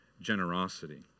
generosity